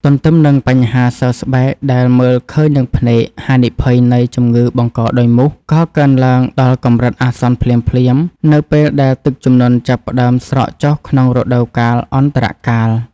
ទន្ទឹមនឹងបញ្ហាសើស្បែកដែលមើលឃើញនឹងភ្នែក ហានិភ័យនៃ ជំងឺបង្កដោយមូស ក៏កើនឡើងដល់កម្រិតអាសន្នភ្លាមៗនៅពេលដែលទឹកជំនន់ចាប់ផ្ដើមស្រកចុះក្នុងរដូវកាលអន្តរកាល។